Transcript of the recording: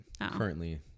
currently